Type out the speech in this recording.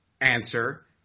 answer